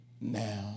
now